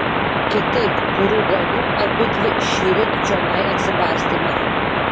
kitaip kurių galų abidvi šįryt čionai atsibastėme